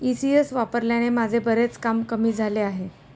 ECS वापरल्याने माझे बरेच काम कमी झाले आहे